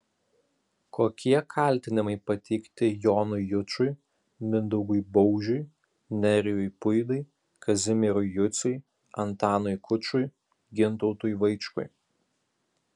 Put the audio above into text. kokie kaltinimai pateikti jonui jučui mindaugui baužiui nerijui puidai kazimierui juciui antanui kučui gintautui vaičkui